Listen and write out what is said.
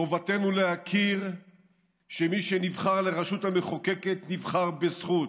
חובתנו להכיר שמי שנבחר לרשות המחוקקת נבחר בזכות,